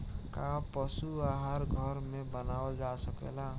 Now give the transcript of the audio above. का पशु आहार घर में बनावल जा सकेला?